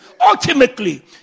ultimately